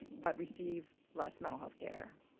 but receive less mental healthcare.